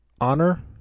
honor